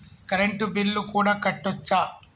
Current bill కూడా కట్టొచ్చా?